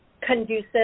conducive